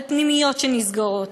פנימיות שנסגרות,